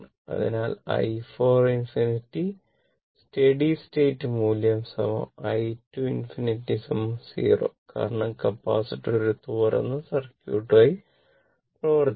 അതിനാൽ i 4 ∞ steady state മൂല്യം i 2 ∞ 0 കാരണം കപ്പാസിറ്റർ ഒരു തുറന്ന സർക്യൂട്ടായി പ്രവർത്തിക്കുന്നു